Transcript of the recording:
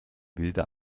wilder